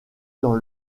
dans